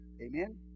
Amen